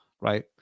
right